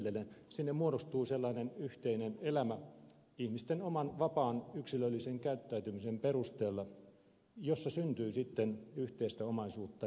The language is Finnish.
ja sinne muodostuu sellainen yhteinen elämä ihmisten oman vapaan yksilöllisen käyttäytymisen perusteella jossa syntyy sitten yhteistä omaisuutta